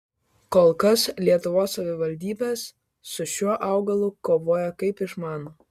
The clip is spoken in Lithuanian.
kol kas lietuvos savivaldybės su šiuo augalu kovoja kaip išmano